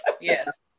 Yes